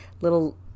little